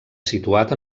situat